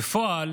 בפועל